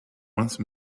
once